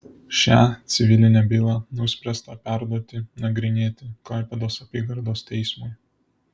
šią civilinę bylą nuspręsta perduoti nagrinėti klaipėdos apygardos teismui